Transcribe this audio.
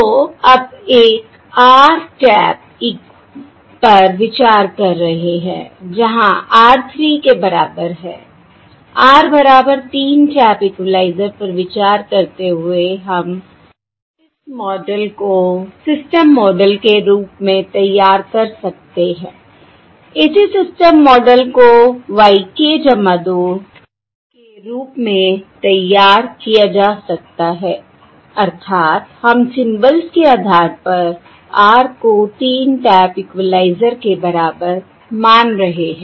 तो अब एक r टैप पर विचार कर रहे हैं जहाँ r 3 के बराबर है r बराबर 3 टैप इक्वलाइज़र पर विचार करते हुए हम इस मॉडल को सिस्टम मॉडल के रूप में तैयार कर सकते हैं इसी सिस्टम मॉडल को y k 2 के रूप में तैयार किया जा सकता है अर्थात हम सिंबल्स के आधार पर r को 3 टैप इक्वलाइज़र के बराबर मान रहे हैं